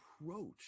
approach